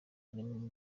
arimo